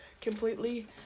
completely